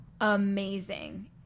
amazing